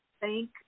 thank